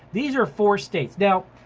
these are four states. now,